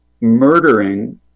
murdering